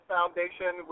Foundation